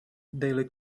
daily